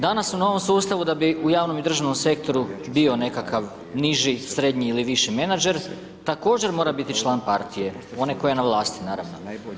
Danas u novom sustavu da bi u javnom i državnom sektoru bio nekakav niži, srednji ili viši menadžer također mora biti član partije one koja je na vlasti, naravno.